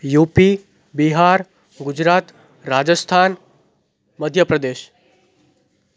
UP Bihar Gujarat Rajasthan Madhya Pradesh